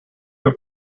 have